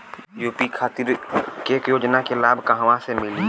UP खातिर के योजना के लाभ कहवा से मिली?